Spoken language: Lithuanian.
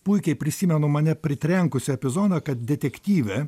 puikiai prisimenu mane pritrenkusį epizodą kad detektyvė